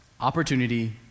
Opportunity